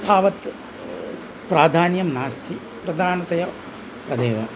तावत् प्रादान्यं नास्ति प्रदानतया तदेव